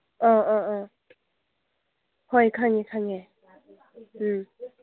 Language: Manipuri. ꯑꯥ ꯑꯥ ꯑꯥ ꯍꯣꯏ ꯈꯪꯉꯦ ꯈꯪꯉꯦ ꯎꯝ